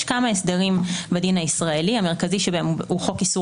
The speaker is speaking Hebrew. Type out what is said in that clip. יש כמה הסדרים בדין הישראלי המרכזי שבהם הוא חוק איסור